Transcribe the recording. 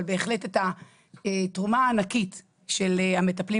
אבל בהחלט את התרומה הענקית של המטפלים